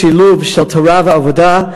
שילוב של תורה ועבודה,